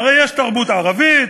הרי יש תרבות ערבית,